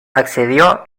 accedió